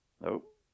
Nope